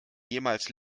jemals